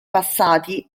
passati